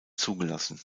zugelassen